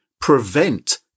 prevent